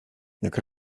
jak